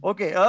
Okay